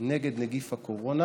נגד נגיף הקורונה,